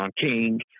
king